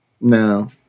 no